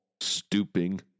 stooping